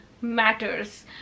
matters